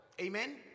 Amen